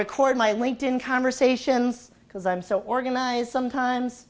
record my linked in conversations because i'm so organized sometimes